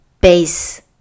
base